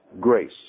grace